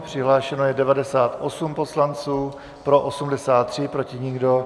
Přihlášeno je 98 poslanců, pro 83, proti nikdo.